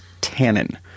tannin